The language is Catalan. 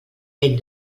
pell